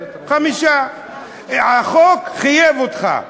זה 5%. 5%. החוק חייב אותך.